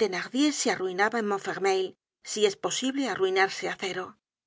thenardier se arruinaba en montfermeil si es posible arruinarse á cero